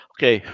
Okay